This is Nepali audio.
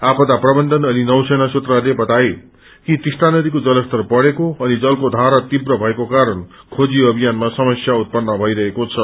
आपदा प्रबन्धन अनि नीसेना सुत्रहरूले बताए कि टिस्टा नदीको जल स्तर बढेको अनि जलको धारा तीव्र भएको कारण खोजी अभियानमा समस्या उत्पन्न भइरहेको छ